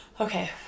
Okay